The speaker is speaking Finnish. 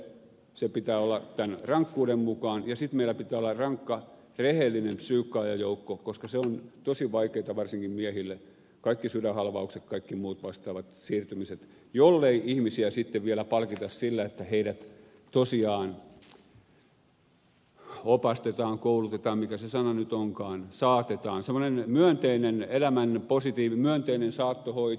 se pitää olla tämän rankkuuden mukaan ja sitten meillä pitää olla rankka rehellinen psyykkaajajoukko koska se on tosi vaikeata varsinkin miehille kaikki sydänhalvaukset kaikki muut vastaavat siirtymiset jollei ihmisiä sitten vielä palkita sillä että heidät tosiaan opastetaan koulutetaan mikä se sana nyt onkaan saatetaan semmoinen myönteinen saattohoito